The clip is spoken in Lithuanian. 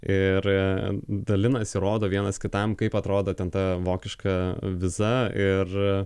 ir dalinasi rodo vienas kitam kaip atrodo ten ta vokiška viza ir